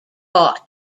bought